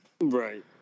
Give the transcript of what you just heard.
Right